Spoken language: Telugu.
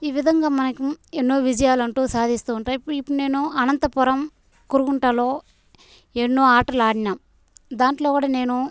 ఈ విధంగా మనకు ఎన్నో విజయాలంటు సాధిస్తూ ఉంటాయి ఇప్పు ఇప్పుడి నేను అనంతపురం కురుగుంటలో ఎన్నో ఆటలాడినాం దాంట్లో కూడా నేను